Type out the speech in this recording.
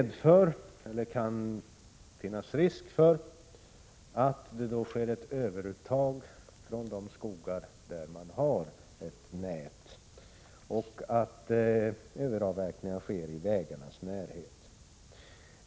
Det kan då finnas risk för att det sker ett överuttag från de skogar där man har ett nät av skogsbilvägar och att överavverkning sker i vägarnas närhet.